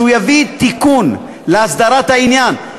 שהוא יביא תיקון להסדרת העניין.